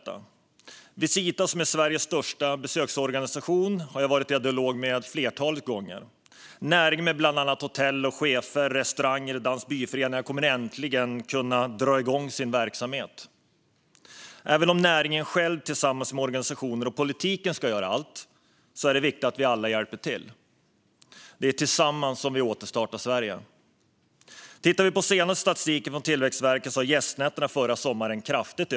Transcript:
Jag har haft en dialog med Visita, som är Sveriges största besöksorganisation, flera gånger. Näringen, med bland annat hotell, kaféer, restauranger samt dans och byföreningar, kommer äntligen att kunna dra igång sin verksamhet. Även om näringen själv tillsammans med organisationer och politiken ska göra allt är det viktigt att vi alla hjälper till. Det är tillsammans som vi återstartar Sverige. Enligt den senaste statistiken från Tillväxtverket ökade antalet gästnätter förra sommaren kraftigt.